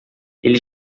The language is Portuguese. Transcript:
ele